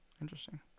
interesting